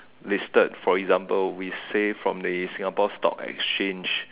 listed for example we say from the Singapore stock exchange